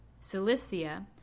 Cilicia